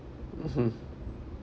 mmhmm